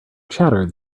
chattered